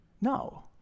No